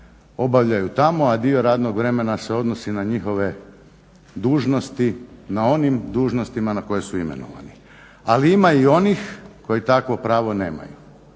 obavljaju tamo, a dio radnog vremena se odnosi na njihove dužnosti na onim dužnostima na koje su imenovani. Ali ima i onih koji takvo pravo nemaju.